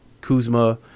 Kuzma